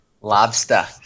lobster